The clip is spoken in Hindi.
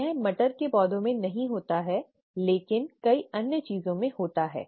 यह मटर के पौधे में नहीं होता लेकिन कई अन्य चीजों में होता है